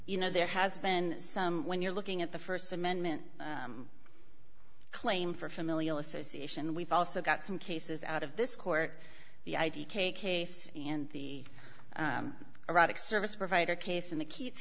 you know there has been some when you're looking at the st amendment claim for familial association we've also got some cases out of this court the idea kay case and the erotic service provider case in the k